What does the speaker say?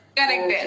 correct